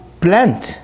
plant